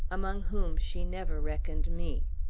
among whom she never reckoned me.